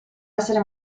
essere